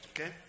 Okay